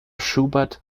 schubert